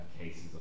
cases